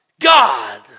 God